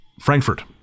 Frankfurt